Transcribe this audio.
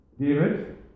David